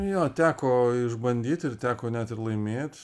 jo teko išbandyt ir teko net ir laimėt